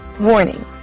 Warning